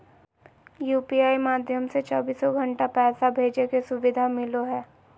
UPI माध्यम से चौबीसो घण्टा पैसा भेजे के सुविधा मिलो हय